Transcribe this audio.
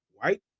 White